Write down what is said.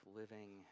living